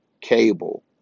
cable